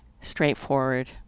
straightforward